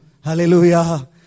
Hallelujah